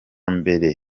mbere